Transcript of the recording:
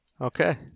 Okay